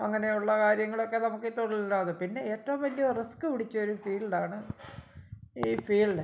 അങ്ങനെ ഉള്ള കാര്യങ്ങളൊക്കെ നമുക്ക് ഈ തൊഴിലില്ലാതെ പിന്നെ ഏറ്റവും വലിയ റിസ്ക് പിടിച്ച ഒരു ഫീൽഡാണ് ഈ ഫീൽഡ്